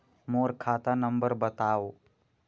मोर खाता नम्बर बताव?